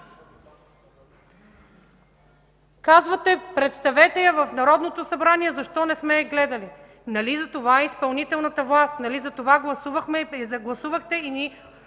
Казвате: „Представете я в Народното събрание. Защо не сме я гледали?” Нали затова е изпълнителната власт?! Нали затова гласувахте и ни